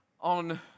on